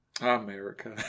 America